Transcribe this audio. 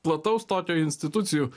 plataus tokio institucijų